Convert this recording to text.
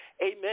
Amen